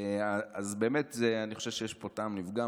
אז באמת אני חושב שיש פה טעם לפגם,